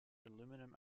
aluminium